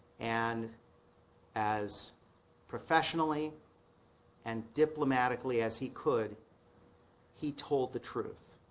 and as professionally and diplomatically as he could he told the truth